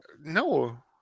No